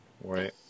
Right